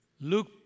Luke